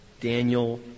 Daniel